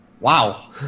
wow